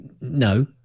No